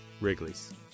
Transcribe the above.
Wrigley's